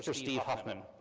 steve huffman.